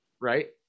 Right